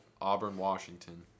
Auburn-Washington